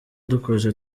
dukoze